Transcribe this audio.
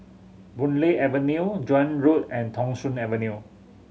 Boon Lay Avenue Joan Road and Thong Soon Avenue